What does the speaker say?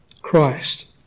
Christ